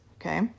okay